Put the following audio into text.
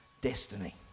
destiny